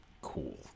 cool